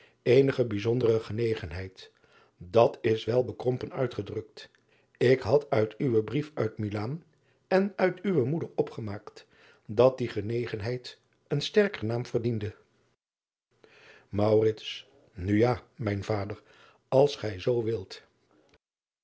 enige bijzondere genegenheid at is wel bekrompen uitgedrukt k had uit uwen brief uit ilaan en uit uwe moeder opgemaakt dat die genegenheid een sterker naam verdiende u ja mijn vader als gij zoo wilt